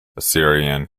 assyrian